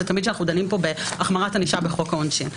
שתמיד אנחנו דנים בהחמרת ענישה בחוק העונשין.